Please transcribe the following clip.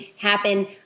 happen